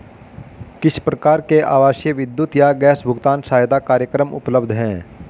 किस प्रकार के आवासीय विद्युत या गैस भुगतान सहायता कार्यक्रम उपलब्ध हैं?